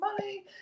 money